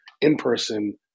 in-person